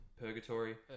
purgatory